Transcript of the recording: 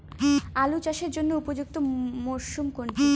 আলু চাষের জন্য উপযুক্ত মরশুম কোনটি?